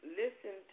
listen